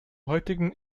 heutigen